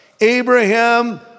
Abraham